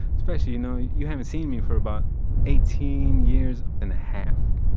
especially, you know, you haven't seen me for about eighteen years and a half